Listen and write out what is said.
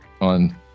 on